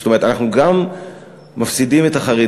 זאת אומרת, אנחנו גם מפסידים את החרדים,